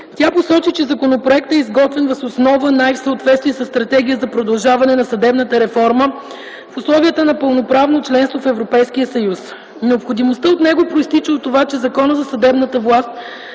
Тя посочи, че законопроектът е изготвен въз основа на и в съответствие със Стратегия за продължаване на съдебната реформа в условията на пълноправно членство в Европейския съюз. Необходимостта от него произтича от това, че Законът за съдебната власт,